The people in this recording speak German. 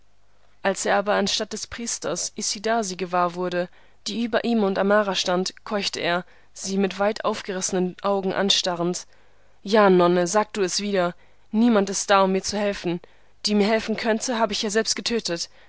als er aber anstatt des priesters isidasi gewahr wurde die über ihm und amara stand keuchte er sie mit weitaufgerissenen augen anstarrend ja nonne sag du es wieder niemand ist da um mir zu helfen die mir helfen könnte habe ich ja selbst getötet